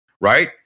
right